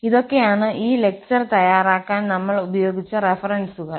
ഇതൊക്കെയാണ് ഈ ലെക്ചർ തയ്യാറാക്കാൻ നമ്മൾ ഉപയോഗിച്ച റഫറൻസുകൾ